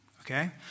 okay